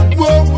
Whoa